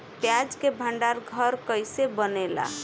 प्याज के भंडार घर कईसे बनेला?